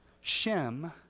Shem